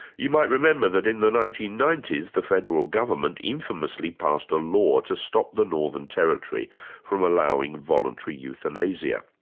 you might remember that in the nineteen ninety s the federal government government infamously passed a law to stop the northern territory from allowing voluntary euthanasia.